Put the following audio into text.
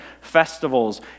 festivals